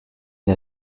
n’a